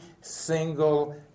single